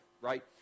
right